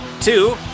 two